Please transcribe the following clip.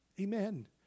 Amen